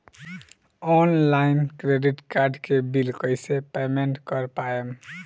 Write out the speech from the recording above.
Online credit card के bill कइसे payment कर पाएम?